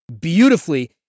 beautifully